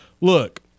Look